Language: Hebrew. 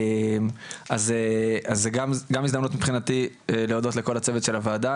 אז זו גם הזדמנות מבחינתי להודות לכל הצוות של הוועדה,